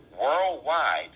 worldwide